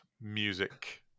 music